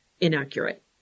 Inaccurate